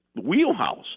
wheelhouse